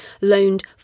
loaned